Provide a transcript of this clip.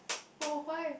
oh why